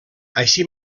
així